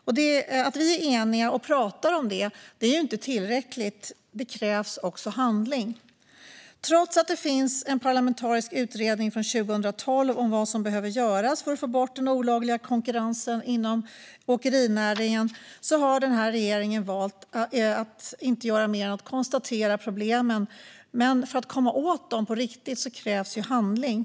Men att vi är eniga och pratar om det är inte tillräckligt. Det krävs också handling. Trots att det finns en parlamentarisk utredning från 2012 om vad som behöver göras för att få bort den olagliga konkurrensen inom åkerinäringen har den här regeringen valt att inte göra mer än att konstatera problemen. Men för att på riktigt komma åt dem krävs handling.